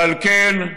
ועל כן,